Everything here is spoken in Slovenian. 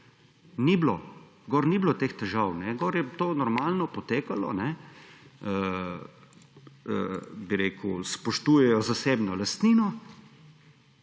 Ni bilo! Gor ni bilo teh težav. Gor je to normalno potekalo. Bi rekel, spoštujejo zasebno lastnino